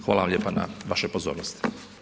Hvala vam lijepa na vašoj pozornosti.